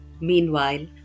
Meanwhile